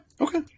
Okay